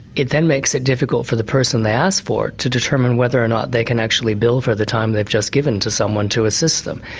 it then makes it difficult for the person they ask for to determine whether or not they can actually bill for the time they've just given to someone to assist them.